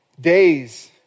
days